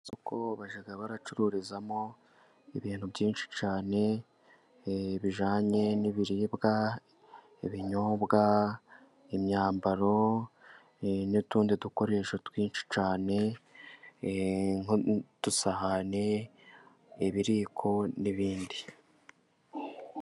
Mu isoko bajya baracururizamo ibintu byinshi cyane, bijanye n'ibiribwa, ibinyobwa, imyambaro, n'utundi dukoresho twinshi cyane, nk'udusahane, ibiyiko, n'ibindi.